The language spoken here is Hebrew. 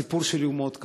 הסיפור שלי הוא מאוד קצר.